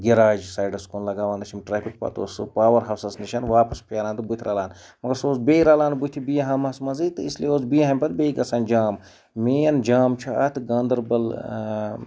گِراج سایڈَس کُن لگاوان ٲسۍ یِم ٹرٛیفِک پَتہٕ اوس سُہ پاوَر ہاوسَس نِش واپَس پھیران تہٕ بٕتھِ رَلان مگر سُہ اوس بیٚیہِ رَلان بٕتھِ بیٖہاماہس منٛزٕے تہٕ اسلیے اوس بیٖہمامہِ پَتہٕ بیٚیہِ گژھان جام مین جام چھُ اَتھ گاندَربل